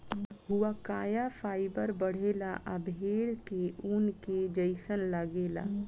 हुआकाया फाइबर बढ़ेला आ भेड़ के ऊन के जइसन लागेला